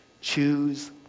Choose